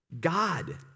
God